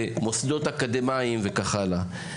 מוסדות אקדמיים וכך הלאה.